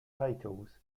titles